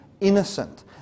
innocent